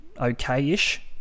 okay-ish